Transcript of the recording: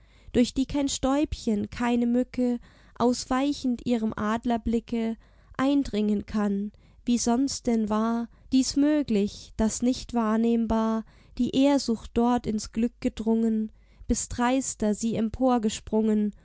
durch die kein stäubchen keine mücke ausweichend ihrem adlerblicke eindringen kann wie sonst denn war dies möglich daß nicht wahrnehmbar die ehrsucht dort ins glück gedrungen bis dreister sie